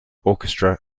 orchestra